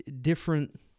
different